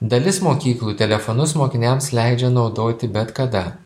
dalis mokyklų telefonus mokiniams leidžia naudoti bet kada